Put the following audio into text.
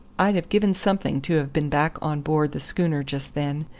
i'd have given something to have been back on board the schooner just then,